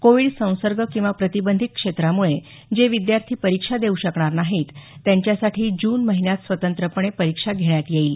Covid संसर्ग किंवा प्रतिबंधित क्षेत्रामुळे जे विद्यार्थी परीक्षा देऊ शकणार नाहीत त्यांच्यासाठी जून महिन्यात स्वतंत्रपणे परीक्षा घेण्यात येईल